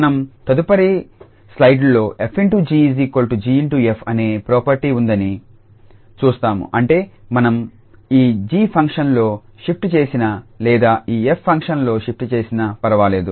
మనం తదుపరి స్లయిడ్లో 𝑓∗𝑔𝑔∗𝑓 అనే ప్రాపర్టీ ఉందని చూస్తాము అంటే మనం ఈ 𝑔 ఫంక్షన్లో షిఫ్ట్ చేసినా లేదా ఈ 𝑓 ఫంక్షన్లో షిఫ్ట్ చేసినా పర్వాలేదు